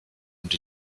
und